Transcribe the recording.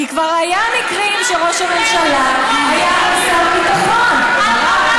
כי כבר היו מקרים שראש הממשלה היה גם שר הביטחון: ברק,